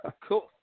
Cool